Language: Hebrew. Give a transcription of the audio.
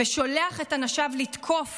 ושולח את אנשיו לתקוף